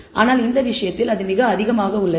ஆனால் இந்த விஷயத்தில் அது மிக அதிகமாக உள்ளது